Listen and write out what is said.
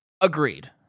agreed